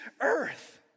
earth